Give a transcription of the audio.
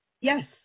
Yes